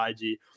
IG